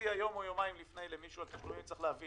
כשאתה מודיע יום או יומיים לפני יש להבין